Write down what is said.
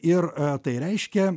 ir tai reiškia